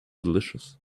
delicious